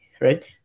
right